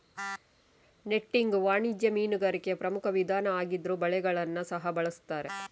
netting ವಾಣಿಜ್ಯ ಮೀನುಗಾರಿಕೆಯ ಪ್ರಮುಖ ವಿಧಾನ ಆಗಿದ್ರೂ ಬಲೆಗಳನ್ನ ಸಹ ಬಳಸ್ತಾರೆ